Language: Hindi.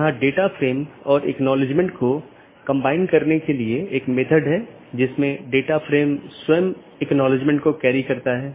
इसलिए एक मल्टीहोम एजेंट ऑटॉनमस सिस्टमों के प्रतिबंधित सेट के लिए पारगमन कि तरह काम कर सकता है